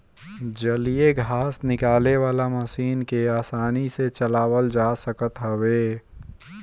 जलीय घास निकाले वाला मशीन के आसानी से चलावल जा सकत हवे